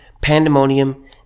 pandemonium